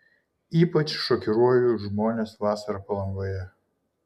ypač šokiruoju žmones vasarą palangoje